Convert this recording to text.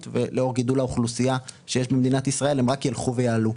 ולאור גידול האוכלוסייה שיש במדינת ישראל הם רק ילכו ויעלו.